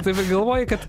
taip ir galvoji kad